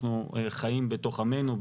אנחנו חיים בתוך עמנו,